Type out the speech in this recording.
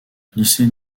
lycée